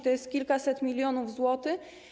To jest kilkaset milionów złotych.